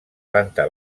planta